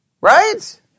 Right